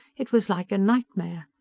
it was like a nightmare.